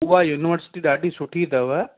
उहा यूनिवर्सिटी ॾाढी सुठी अथव